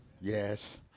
Yes